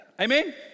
Amen